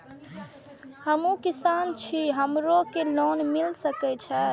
हमू किसान छी हमरो के लोन मिल सके छे?